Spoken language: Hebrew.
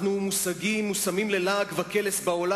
אנחנו מושמים ללעג וקלס בעולם.